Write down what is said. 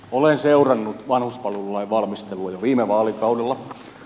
olen seurannut vanhuspalvelulain valmistelua jo viime vaalikaudella